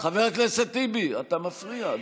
חבר הכנסת טיבי, אתה מפריע.